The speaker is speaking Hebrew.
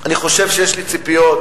אני חושב שיש לי ציפיות,